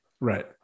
right